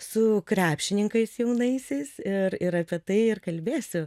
su krepšininkais jaunaisiais ir ir apie tai ir kalbėsiu